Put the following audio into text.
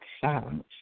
silence